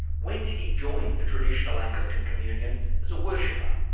when did he join the traditional anglican communion as a worshipper?